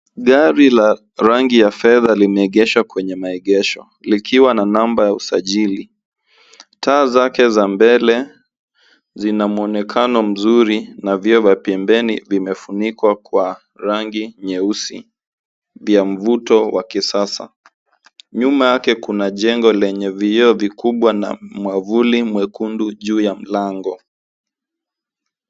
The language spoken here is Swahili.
Gari la rangi ya fedha limeegeshwa kwenye maegesho likiwa na namba ya usajili. Taa zake za mbele zina mwonekano mzuri na vioo vya pembeni vimefunikwa kwa rangi nyeusi ya mvuto wa kisasa. Nyuma yake kuna jengo lenye vioo vikubwa na mwavuli mwekundu juu ya mlango.